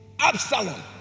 Absalom